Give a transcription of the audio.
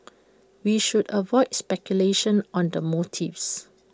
we should avoid speculation on the motives